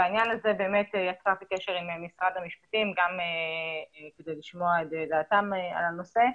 בעניין הזה יצרתי קשר עם משרד המשפטים כדי לשמוע את דעתם על הנושא.